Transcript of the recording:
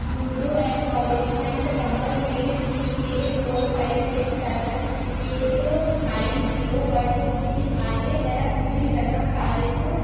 मुंहिंजो acknowledgement number A C K four five six seven eight nine zero one two three आहे ऐं मुंहिंजी जनम तारीख़